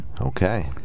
Okay